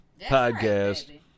podcast